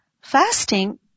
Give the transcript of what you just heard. fasting